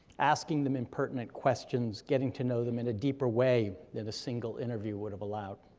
asking them impertinent questions, getting to know them in a deeper way than a single interview would've allowed.